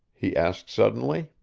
he asked suddenly.